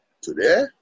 today